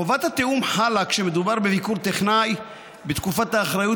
חובת התיאום חלה כשמדובר בביקור טכנאי בתקופת האחריות